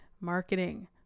marketing